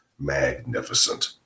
magnificent